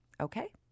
Okay